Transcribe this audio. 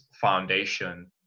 foundation